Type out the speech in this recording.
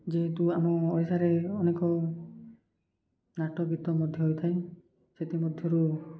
ଯେହେତୁ ଆମ ଓଡ଼ିଶାରେ ଅନେକ ନାଟ ଗୀତ ମଧ୍ୟ ହୋଇଥାଏ ସେଥିମଧ୍ୟରୁ